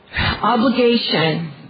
obligation